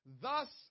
Thus